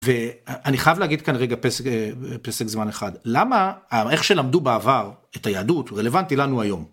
ואני חייב להגיד כאן רגע פסק זמן אחד. למה איך שלמדו בעבר את היהדות רלוונטי לנו היום